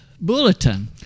bulletin